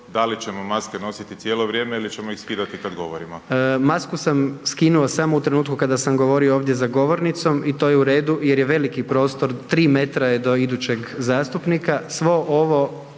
da li ćemo maske nositi cijelo vrijeme ili ćemo ih skidati kad govorimo? **Jandroković, Gordan (HDZ)** Masku sam skinuo samo u trenutku kada sam govorio ovdje za govornicom i to je u redu jer je veliki prostor, 3 metra je do idućeg zastupnika, svo ovo